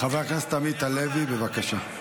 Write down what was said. חבר הכנסת עמית הלוי, בבקשה.